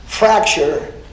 Fracture